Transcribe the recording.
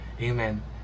Amen